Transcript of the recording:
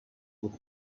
with